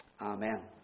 Amen